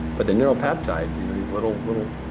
but the neuropeptides, these little, little,